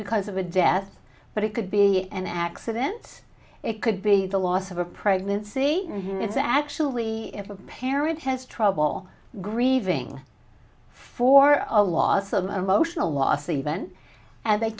because of a death but it could be an accident it could be the loss of a pregnancy and it's actually if a parent has trouble grieving for a loss of emotional loss even and they